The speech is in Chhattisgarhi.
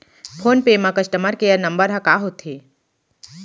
फोन पे म कस्टमर केयर नंबर ह का होथे?